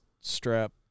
strap